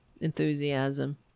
enthusiasm